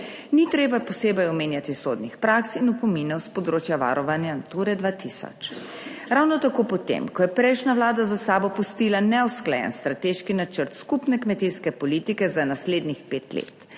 Ni treba posebej omenjati sodnih praks in opominov s področja varovanja Nature 2000. Ravno tako potem, ko je prejšnja vlada za sabo pustila neusklajen strateški načrt skupne kmetijske politike za naslednjih pet let